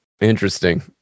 Interesting